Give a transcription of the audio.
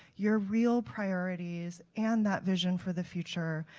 your real priorities and that vision for the future.